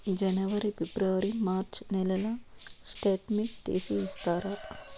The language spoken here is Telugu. జనవరి, ఫిబ్రవరి, మార్చ్ నెలల స్టేట్మెంట్ తీసి ఇస్తారా?